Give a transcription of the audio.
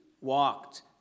walked